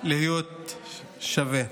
להיות שווה.